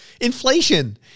Inflation